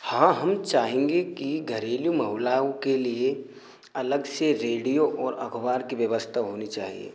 हाँ हम चाहेंगे की घरेलू महिलाओं के लिए अलग से रेडियो और अखबार की व्यवस्था होनी चाहिए